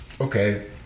okay